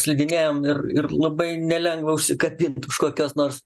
slidinėjam ir ir labai nelengva užsikabint už kokios nors